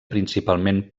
principalment